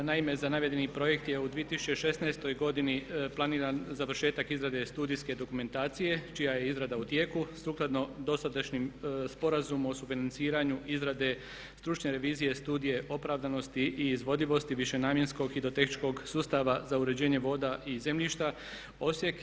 Naime, za navedeni projekt je u 2016. godini planiran završetak izrade studijske dokumentacije čija je izrada u tijeku sukladno dosadašnjem Sporazumu o subvenciranju izrade stručne revizije studije opravdanosti i izvodivosti višenamjenskog hidrotehničkog sustava za uređenje voda i zemljišta Osijek.